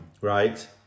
Right